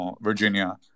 Virginia